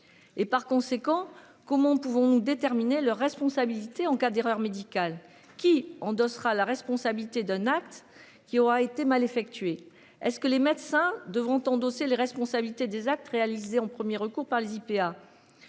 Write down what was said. Et par conséquent, comment pouvons-nous déterminer leur responsabilité en cas d'erreur médicale qui endossera la responsabilité d'un acte qui aura été mal effectués. Est ce que les médecins devront endosser les responsabilités des actes réalisés en 1er recours par les IPA.